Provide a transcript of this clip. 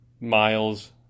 Miles